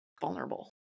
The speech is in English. vulnerable